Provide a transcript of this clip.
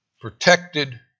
protected